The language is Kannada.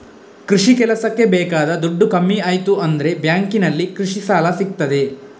ಕೃಷಿ ಕೆಲಸಕ್ಕೆ ಬೇಕಾದ ದುಡ್ಡು ಕಮ್ಮಿ ಆಯ್ತು ಅಂದ್ರೆ ಬ್ಯಾಂಕಿನಲ್ಲಿ ಕೃಷಿ ಸಾಲ ಸಿಗ್ತದೆ